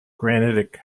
granitic